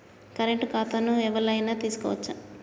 Current ఖాతాను ఎవలైనా తీసుకోవచ్చా?